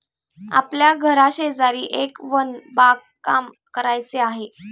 आपल्या घराशेजारी एक वन बागकाम करायचे आहे